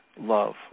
love